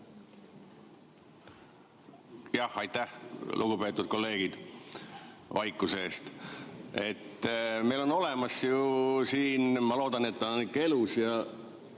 Jah, aitäh, lugupeetud kolleegid, vaikuse eest! Meil on olemas ju siin – ma loodan, et ta on elus